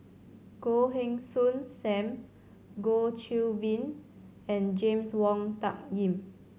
Goh Heng Soon Sam Goh Qiu Bin and James Wong Tuck Yim